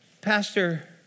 Pastor